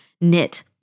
knit